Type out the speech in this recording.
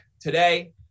today